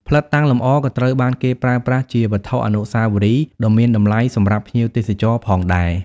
ផ្លិតតាំងលម្អក៏ត្រូវបានគេប្រើប្រាស់ជា វត្ថុអនុស្សាវរីយ៍ ដ៏មានតម្លៃសម្រាប់ភ្ញៀវទេសចរណ៍ផងដែរ។